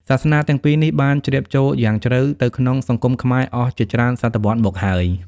សាសនាទាំងពីរនេះបានជ្រាបចូលយ៉ាងជ្រៅទៅក្នុងសង្គមខ្មែរអស់ជាច្រើនសតវត្សមកហើយ។